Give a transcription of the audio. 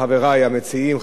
לחברי המציעים,